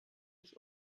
ich